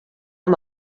amb